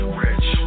rich